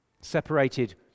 separated